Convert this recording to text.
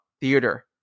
theater